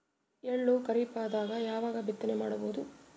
ಎಳ್ಳು ಖರೀಪದಾಗ ಯಾವಗ ಬಿತ್ತನೆ ಮಾಡಬಹುದು?